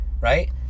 right